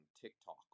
TikTok